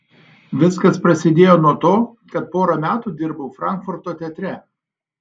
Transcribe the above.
viskas prasidėjo nuo to kad porą metų dirbau frankfurto teatre